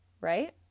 right